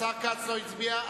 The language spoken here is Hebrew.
השר כץ לא הצביע.